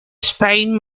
spain